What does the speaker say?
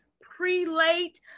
prelate